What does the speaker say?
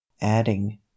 adding